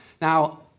Now